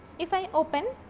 if i open